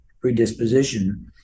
predisposition